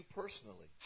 personally